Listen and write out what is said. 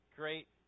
great